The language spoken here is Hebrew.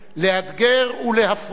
לאתגר ולהפרות